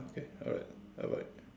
okay alright bye bye